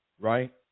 right